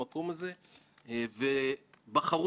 יש רגולטור אחר ולכן הם לא ייכנסו לזה.